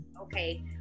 Okay